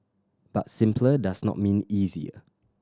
but simpler does not mean easier